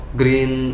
green